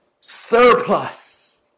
Surplus